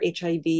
HIV